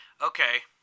okay